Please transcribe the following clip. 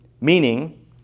Meaning